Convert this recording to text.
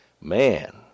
man